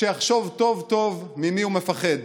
שיחשוב טוב-טוב ממי הוא מפחד,